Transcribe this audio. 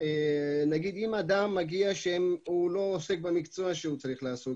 אם אדם מגיע והוא לא עוסק במקצוע שהוא צריך לעסוק בו,